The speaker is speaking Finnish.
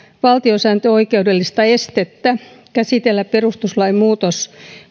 valtiosääntöoikeudellista estettä käsitellä perustuslain muutos